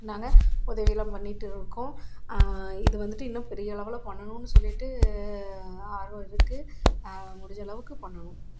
நாங்கள் உதவிலாம் பண்ணிட்டு இருக்கோம் இது வந்துட்டு இன்னும் பெரிய அளவில் பண்ணணும்னு சொல்லிட்டு ஆர்வம் இருக்குது முடிஞ்ச அளவுக்கு பண்ணணும்